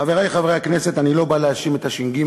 חברי חברי הכנסת, אני לא בא להאשים את הש"ג,